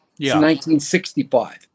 1965